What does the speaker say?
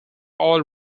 oil